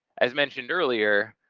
as mentioned earlier,